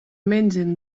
mengen